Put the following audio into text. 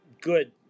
good